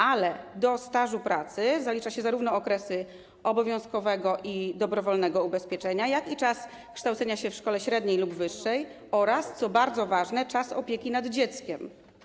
Ale do stażu pracy zalicza się zarówno okresy obowiązkowego i dobrowolnego ubezpieczenia, czas kształcenia się w szkole średniej lub wyższej oraz czas, co bardzo ważne, opieki nad dzieckiem.